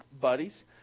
buddies